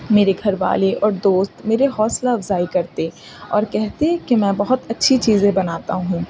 میرے گھر والے اور دوست میرے حوصلہ افزائی کرتے اور کہتے کہ میں بہت اچھی چیزیں بناتا ہوں